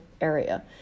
area